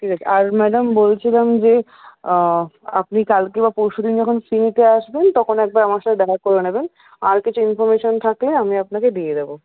ঠিক আছে আর ম্যাডাম বলছিলাম যে আপনি কালকে বা পরশুদিন যখন ফি দিতে আসবেন তখন একবার আমার সাথে দেখা করে নেবেন আর কিছু ইনফর্মেশন থাকলে আমি আপনাকে দিয়ে দেব